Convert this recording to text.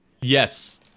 Yes